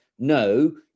No